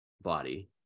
body